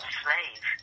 slave